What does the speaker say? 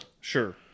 Sure